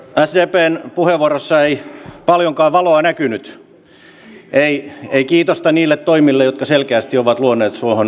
sdpn puheenvuorossa ei paljonkaan valoa näkynyt ei kiitosta niille toimille jotka selkeästi ovat luoneet suomeen työpaikkoja